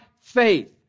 faith